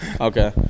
Okay